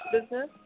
business